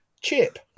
Chip